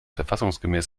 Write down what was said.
verfassungsgemäß